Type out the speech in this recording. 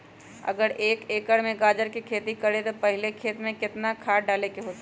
अगर एक एकर में गाजर के खेती करे से पहले खेत में केतना खाद्य डाले के होई?